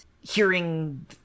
hearing